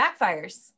backfires